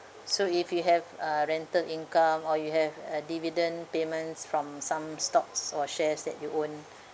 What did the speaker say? so if you have uh rental income or you have uh dividend payments from some stocks or shares that you own